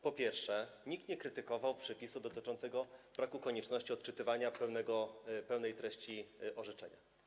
Po pierwsze, nikt nie krytykował przepisu dotyczącego braku konieczności odczytywania pełnej treści orzeczenia.